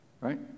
Right